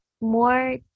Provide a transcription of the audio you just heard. more